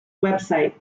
website